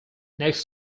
next